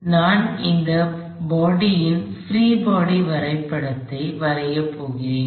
எனவே நான் இந்த பாடி ன் பிரீ பாடி வரைபடத்தை வரையப் போகிறேன்